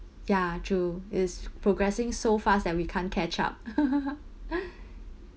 ya true is progressing so fast that we can't catch up